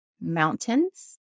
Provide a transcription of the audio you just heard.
mountains